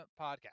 podcast